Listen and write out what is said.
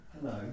Hello